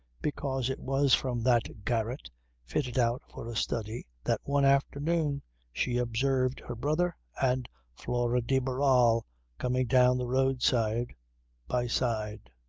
because it was from that garret fitted out for a study that one afternoon she observed her brother and flora de barral coming down the road side by side.